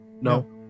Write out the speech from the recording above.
No